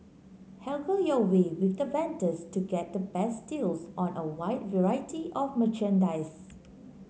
haggle your way with the vendors to get the best deals on a wide variety of merchandise